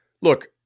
Look